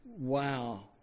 wow